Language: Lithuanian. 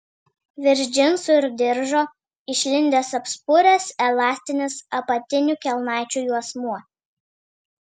virš džinsų ir diržo išlindęs apspuręs elastinis apatinių kelnaičių juosmuo